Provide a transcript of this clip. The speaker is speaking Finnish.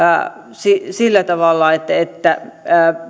sillä sillä tavalla että